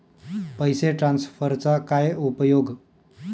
पैसे ट्रान्सफरचा काय उपयोग?